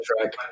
track